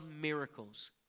miracles